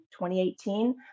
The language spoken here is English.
2018